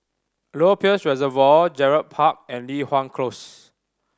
Lower Peirce Reservoir Gerald Park and Li Hwan Close